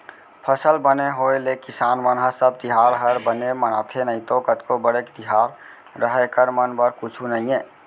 फसल बने होय ले किसान मन ह सब तिहार हर बने मनाथे नइतो कतको बड़े तिहार रहय एकर मन बर कुछु नइये